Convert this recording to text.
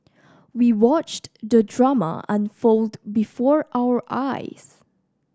we watched the drama unfold before our eyes